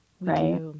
right